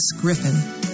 Griffin